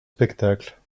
spectacles